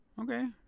Okay